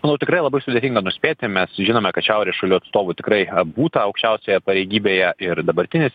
manau tikrai labai sudėtinga nuspėti mes žinome kad šiaurės šalių atstovų tikrai būta aukščiausioje pareigybėje ir dabartinis